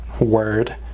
word